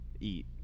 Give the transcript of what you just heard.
eat